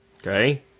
okay